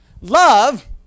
Love